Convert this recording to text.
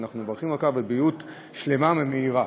אנחנו מברכים אותך בבריאות שלמה ומהירה.